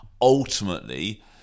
ultimately